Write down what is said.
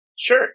Sure